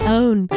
own